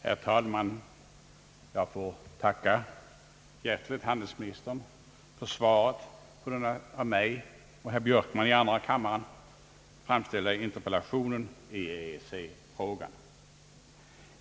Herr talman! Jag får hjärtligt tacka handelsministern för svaret på den av mig och herr Björkman i andra kammaren framställda interpellationen i EEC-frågan.